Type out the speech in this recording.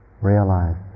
realize